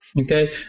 Okay